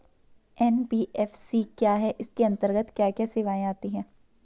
NBFC क्या है इसके अंतर्गत क्या क्या सेवाएँ आती हैं?